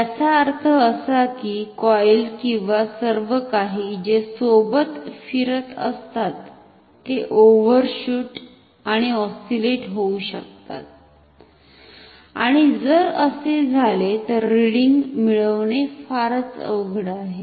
याचा अर्थ असा की कॉईल किंवा सर्वकाही जे सोबत फिरत असतात ते ओव्हरशूट आणि ऑस्सिलेट होऊ शकतात आणि जर असे झाले तर रिडींग मिळवणे फारच अवघड आहे